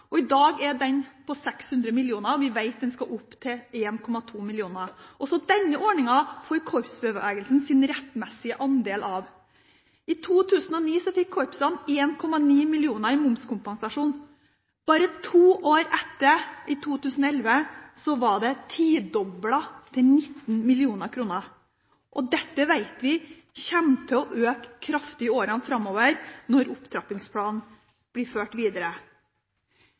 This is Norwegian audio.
momskompensasjonsordningen. I dag er den på 600 mill. kr, og vi vet den skal opp til 1,2 mrd. kr. Også denne ordningen får korpsbevegelsen sin rettmessige andel av. I 2009 fikk korpsene 1,9 mill. kr i momskompensasjon. Bare to år etter, i 2011, var summen tidoblet, til 19 mill. kr. Dette vet vi kommer til å øke kraftig i årene framover, når opptrappingsplanen blir ført videre.